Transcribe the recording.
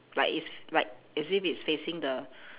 like it's like as if it's facing the